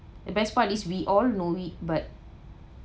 the best part is we all know it but